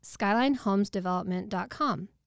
SkylineHomesDevelopment.com